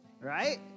Right